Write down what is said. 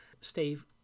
Steve